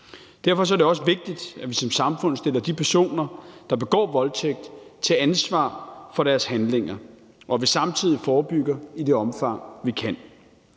Derfor er det også vigtigt, at vi som samfund stiller de personer, der begår voldtægt, til ansvar for deres handlinger, og at vi samtidig forebygger i det omfang, vi kan.